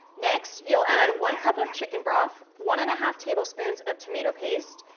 next, you'll add one cup of chicken broth, one and a half tablespoons of tomato paste,